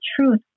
truth